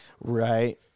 Right